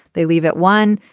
they leave at one